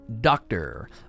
Doctor